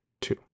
two